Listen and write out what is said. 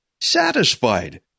satisfied